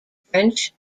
french